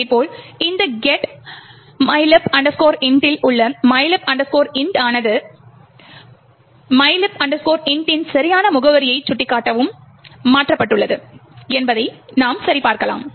இதேபோல் இந்த get mylib int இல் உள்ள mylib int ஆனது mylib int இன் சரியான முகவரியை சுட்டிக்காட்டவும் மாற்றப்பட்டுள்ளது என்பதை நாம் சரிபார்க்கலாம்